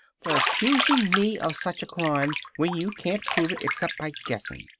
for accusing me of such a crime when you can't prove it except by guessing.